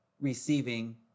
receiving